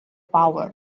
power